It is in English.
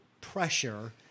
pressure—